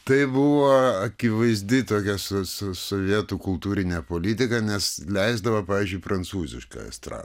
tai buvo akivaizdi tokia so sovietų kultūrinė politika nes leisdavo pavyzdžiui prancūzišką estradą